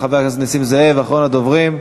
חבר הכנסת נסים זאב, אחרון הדוברים.